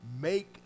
Make